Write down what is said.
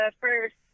first